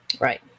Right